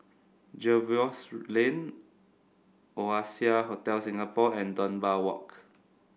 Jervois Lane Oasia Hotel Singapore and Dunbar Walk